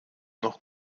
noch